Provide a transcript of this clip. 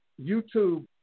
YouTube